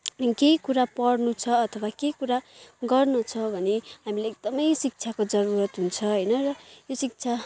केही कुरा पढ्नु छ अथवा केही कुरा गर्नु छ भने हामीलाई एकदमै शिक्षाको जरुरत हुन्छ होइन र यो शिक्षा